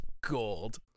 gold